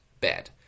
bad